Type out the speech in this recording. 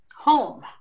home